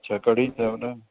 अच्छा कढ़ी अथव